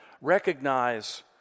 recognize